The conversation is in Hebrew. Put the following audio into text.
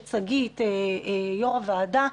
שגית ויושב-ראש הוועדה,